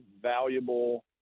valuable